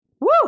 Woo